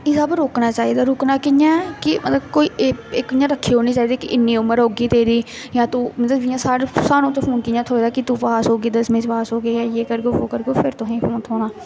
एह् सब रोकना चाहिदा रुकना कि'यां ऐ कि मतलब कोई इक इक इ'यां रक्खी ओड़नी चाहिदी कि इन्नी उमर होगी तेरी जां तूं मतलब जि'यां साढ़े सानूं ते फोन कि'यां थ्होए दा कि तूं पास होगी दसमीं चा पास होग्गी तां यह् करगे बो करगे ते फिर तुसें गी फोन थ्होना